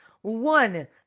one